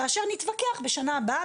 כאשר נתווכח בשנה הבאה,